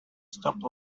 stop